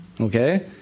okay